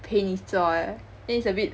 陪你做 then it's a bit